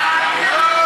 ההצעה